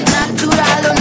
natural